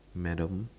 madam